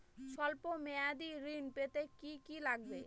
সল্প মেয়াদী ঋণ পেতে কি কি লাগবে?